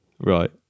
right